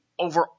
over